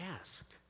Ask